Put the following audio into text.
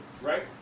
right